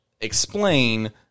explain